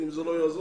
ואם זה לא יעזור,